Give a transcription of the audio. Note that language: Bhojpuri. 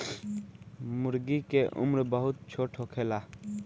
मूर्गी के उम्र बहुत छोट होखेला